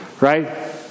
right